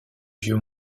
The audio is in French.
vieux